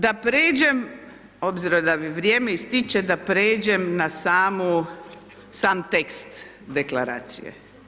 Da pređem obzirom da mi vrijeme ističe, da prijeđem na sam tekst deklaracije.